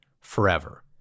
forever